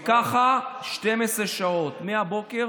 וככה 12 שעות, מהבוקר